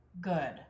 good